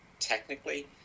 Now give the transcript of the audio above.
technically